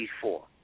four